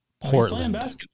Portland